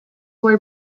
why